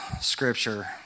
Scripture